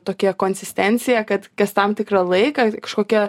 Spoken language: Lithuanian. tokią konsistenciją kad kas tam tikrą laiką kažkokia